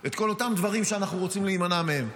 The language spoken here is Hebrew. את כל אותם דברים שאנחנו רוצים להימנע מהם.